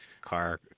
car